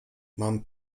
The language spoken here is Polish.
mam